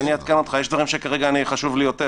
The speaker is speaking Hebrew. יש לי דברים שכרגע חשובים לי יותר,